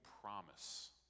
promise